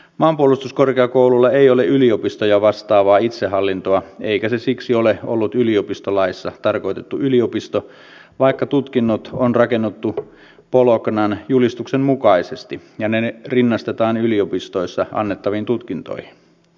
maanpuolustuskorkeakoululla ei ole yliopistoja vastaavaa itsehallintoa eikä se siksi ole ollut yliopistolaissa tarkoitettu yliopisto vaikka tutkinnot on rakennettu bolognan julistuksen mukaisesti ja ne rinnastetaan yliopistoissa annettaviin tutkintoihin